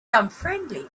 unfriendly